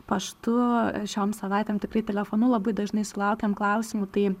paštu šiom savaitėm tikrai telefonu labai dažnai sulaukiam klausimų tai